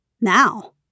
Now